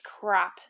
crap